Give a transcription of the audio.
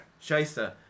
Shyster